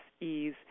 ease